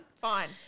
fine